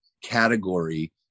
category